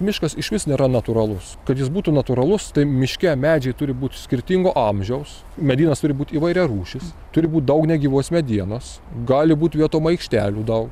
miškas išvis nėra natūralus kad jis būtų natūralus tai miške medžiai turi būt skirtingo amžiaus medienos turi būt įvairiarūšės turi būt daug negyvos medienos gali būt vietom aikštelių daug